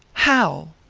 how?